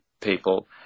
people